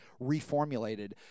reformulated